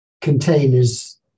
containers